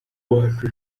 uwacu